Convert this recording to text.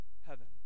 heaven